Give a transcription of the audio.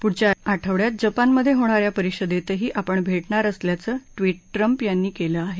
पुढच्या आठवङ्यात जपानमधे होणा या परिषदेतही आपण भेटणार असल्याचं ट्विट ट्रम्प यांनी केलं आहे